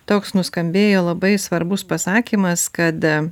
toks nuskambėjo labai svarbus pasakymas kad